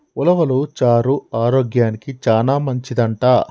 ఉలవలు చారు ఆరోగ్యానికి చానా మంచిదంట